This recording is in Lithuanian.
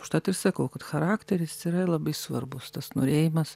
užtat ir sakau kad charakteris yra labai svarbus tas norėjimas